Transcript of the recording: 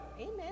Amen